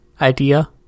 idea